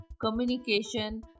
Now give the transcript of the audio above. communication